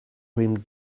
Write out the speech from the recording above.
him